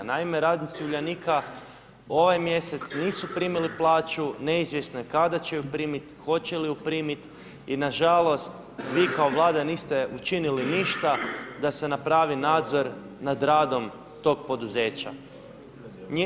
Naime, radnici Uljanika ovaj mjesec nisu primili plaću, neizvjesno je kada će ju primiti, hoće li ju primiti i nažalost vi kao Vlada niste učinili ništa da se napravi nadzor nad radom tog poduzeća.